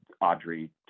Audrey